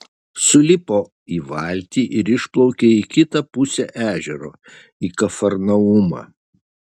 sulipo į valtį ir išplaukė į kitą pusę ežero į kafarnaumą